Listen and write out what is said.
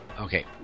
Okay